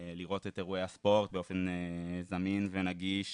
לראות את אירועי הספורט באופן זמין ונגיש,